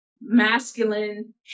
masculine